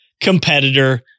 competitor